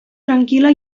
tranquil·la